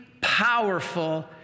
powerful